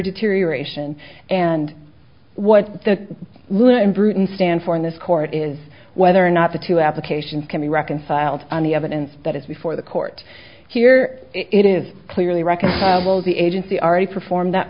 deterioration and what the lewin brewton stand for in this court is whether or not the two applications can be reconciled on the evidence that is before the court here it is clearly reconciled will the agency already perform that